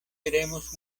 iremos